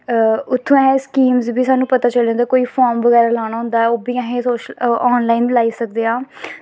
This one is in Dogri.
उत्थूं सानूं स्कीमस बी पता चली जंदियां फार्म बगैरा लाना होंदा ऐ ओह् बी अस ऑन लाईन लाई सकदे आं